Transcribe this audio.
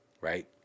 right